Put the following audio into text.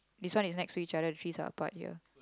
this one is next to each other the trees are apart here